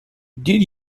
did